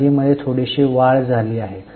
यादीमध्ये थोडीशी वाढ झाली आहे